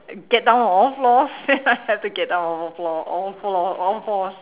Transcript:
get down on all fours I have to get on all fours all fours all fours